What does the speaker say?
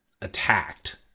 attacked